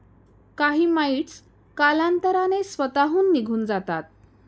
काही माइटस कालांतराने स्वतःहून निघून जातात